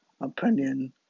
opinion